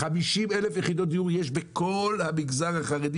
50,000 יחידות דיור יש בכל המגזר החרדי